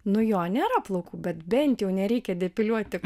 nu jo nėra plaukų bet bent jau nereikia depiliuoti